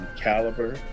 caliber